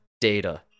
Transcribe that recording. data